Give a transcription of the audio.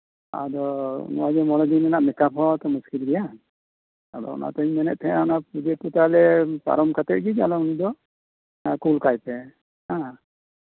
ᱟᱫᱚ ᱢᱚᱬᱮ ᱫᱤᱱ ᱨᱮᱭᱟᱜ ᱢᱮᱠᱟᱯ ᱦᱚᱛᱚ ᱢᱩᱥᱠᱤᱞ ᱜᱮᱭᱟ ᱟᱫᱚ ᱚᱱᱟᱛᱤᱧ ᱢᱮᱱᱮᱫ ᱛᱟᱸᱦᱮᱱᱟ ᱚᱱᱟ ᱯᱩᱡᱟᱹ ᱠᱚ ᱯᱟᱨᱚᱢ ᱠᱟᱛᱮᱜ ᱜᱮ ᱡᱮᱱᱚ ᱠᱩᱞ ᱠᱟᱭᱯᱮ